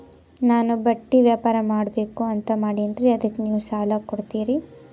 ನಾನು ಬಟ್ಟಿ ವ್ಯಾಪಾರ್ ಮಾಡಬಕು ಅಂತ ಮಾಡಿನ್ರಿ ಅದಕ್ಕ ನೀವು ಸಾಲ ಕೊಡ್ತೀರಿ?